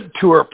tour